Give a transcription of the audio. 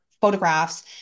photographs